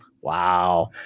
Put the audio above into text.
Wow